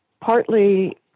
partly